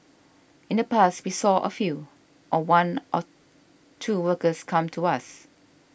in the past we saw a few or one or two workers come to us